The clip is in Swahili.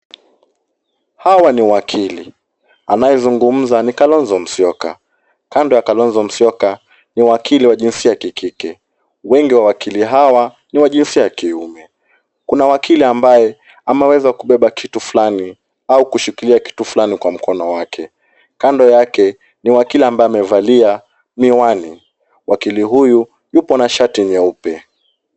Hawa ni wakili, anayezungumza ni Kalonzo Musyoka. Kando ya Kalonzo Musyoka ni wakili wa jinsia ya kikike. Wengi wa wakili hawa ni wa jinsia ya kiume. Kuna wakili ambaye ameweza kubeba kitu fulani au kushikilia kitu fulani kwa mkono wake. Kando yake ni wakili ambaye amevalia miwani. Wakili huyu yupo na shati nyeupe.